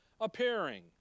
appearing